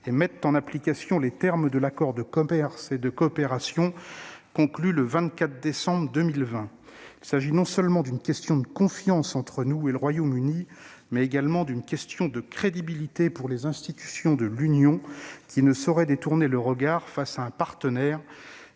et mettent en application les termes de l'accord de commerce et de coopération conclu le 24 décembre 2020. Il s'agit non seulement d'une question de confiance entre nous et le Royaume-Uni, mais également d'une question de crédibilité pour les institutions de l'Union : celles-ci ne sauraient détourner le regard face un partenaire